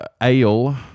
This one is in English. ale